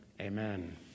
Amen